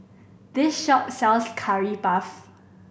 this shop sells Curry Puff